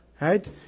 right